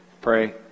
pray